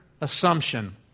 assumption